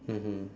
mmhmm